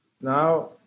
Now